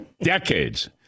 Decades